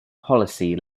policy